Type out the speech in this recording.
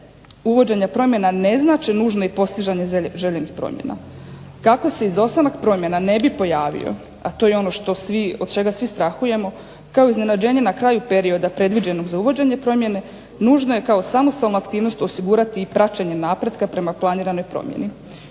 uvođenja promjena ne znače nužno i postizanje željenih promjena. Kako se izostanak promjena ne bi pojavio, a to je ono što svi, od čega svi strahujemo, kao iznenađenje na kraju perioda predviđenog za uvođenje promjene, nužno je kao samostalnu aktivnost osigurati i praćenje napretka prema planiranoj promjeni.